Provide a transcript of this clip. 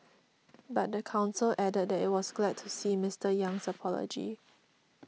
but the council added that it was glad to see Mister Yang's apology